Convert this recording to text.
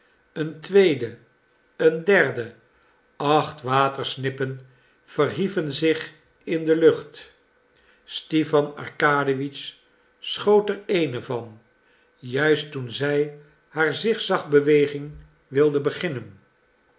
een tweede een derde acht watersnippen verhieven zich in de lucht stipan arkadiewitsch schoot er eene van juist toen zij haar zigzagbeweging wilde beginnen